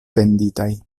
venditaj